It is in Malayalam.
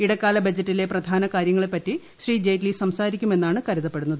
ഇടക്കാല ബജറ്റിലെ പ്രധാന കാര്യങ്ങളെപ്പറ്റി ശ്രീ ജെയ്റ്റ്ലി സംസാരിക്കുമെന്നാണ് കരുതപ്പെടുന്നത്